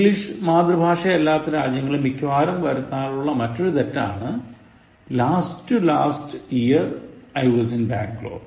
English മാതൃഭാഷയല്ലാത്ത രാജ്യങ്ങളിൽ മിക്കവാറും വരുത്താറുള്ള മറ്റൊരു തെറ്റാണ് Last to last year I was in Bangalore